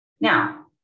Now